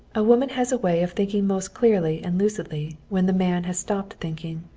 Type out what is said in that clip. a woman has a way of thinking most clearly and lucidly when the man has stopped thinking.